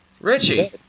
Richie